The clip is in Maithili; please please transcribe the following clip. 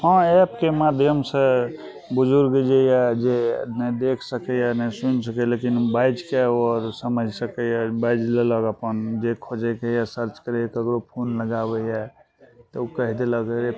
हँ एपके माध्यमसे बुजुर्ग जे यऽ जे नहि देखि सकै यऽ नहि सुनि सकै यऽ लेकिन बाजिके ओ समझि सकै यऽ बाजि लेलक अपन जे खोजैके यऽ सर्च करै यऽ ककरो फोन लगाबै यऽ तऽ ओ कहि देलक रे